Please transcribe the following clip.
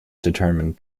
determined